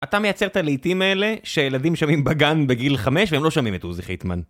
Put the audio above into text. אתה מייצר את הלהיטים האלה שילדים שומעים בגן בגיל חמש והם לא שומעים את עוזי חיטמן.